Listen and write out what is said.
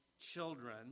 children